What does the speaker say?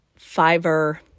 Fiverr